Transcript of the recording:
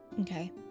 Okay